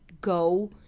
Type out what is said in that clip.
go